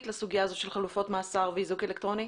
לסוגיה הזאת של חלופות מעצר ואיזוק אלקטרוני.